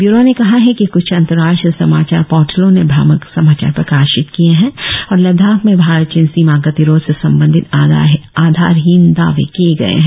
bureau ने कहा है कि क्छ अंतरराष्ट्रीय समाचार पोर्टलों ने भ्रामक समाचार प्रकाशित किए हैं और लद्दाख में भारत चीन सीमा गतिरोध से संबंधित आधारहीन दावे किए हैं